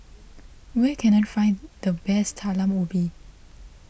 where can I find the best Talam Ubi